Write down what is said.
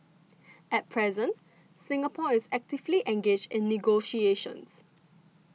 at present Singapore is actively engaged in negotiations